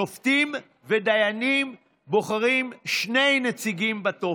שופטים ודיינים, בוחרים שני נציגים בטופס.